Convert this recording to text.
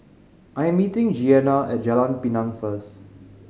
I am meeting Jeanna at Jalan Pinang first